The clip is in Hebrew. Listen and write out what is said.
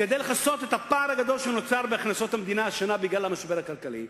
כדי לכסות את הפער הגדול שנוצר השנה בהכנסות המדינה בגלל המשבר הכלכלי,